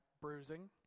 bruising